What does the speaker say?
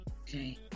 okay